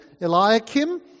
Eliakim